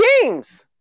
games